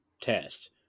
test